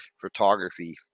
photography